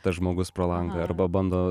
tas žmogus pro langą arba bando